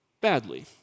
badly